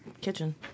kitchen